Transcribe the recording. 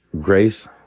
grace